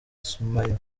sumaya